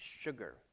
sugar